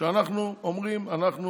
שאנחנו אומרים שאנחנו